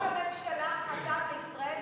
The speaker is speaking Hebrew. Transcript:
אדוני היושב-ראש, בקריאת ביניים,